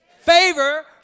favor